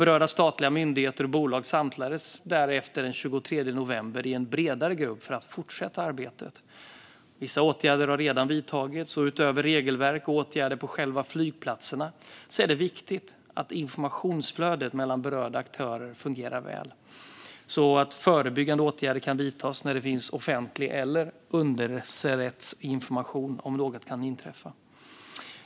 Berörda statliga myndigheter och bolag samlades därefter den 23 november i en bredare grupp för att fortsätta arbetet. Vissa åtgärder har redan vidtagits. Utöver regelverk och åtgärder på själva flygplatserna är det viktigt att informationsflödet mellan berörda aktörer fungerar väl, så att förebyggande åtgärder kan vidtas när det finns offentlig information eller underrättelseinformation om att något kan inträffa.